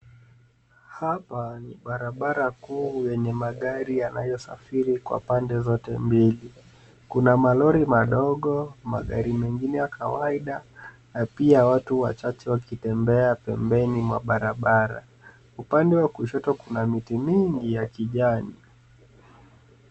Hapa ni barabara kuu yenye magari yanayosafiri kwa pande zote mbili. Kuna malori madogo, magari mengine ya kawaida na pia watu wachache wakitemba pembeni mwa barabara. Upande wa kushoto kuna miti mingi ya kijani.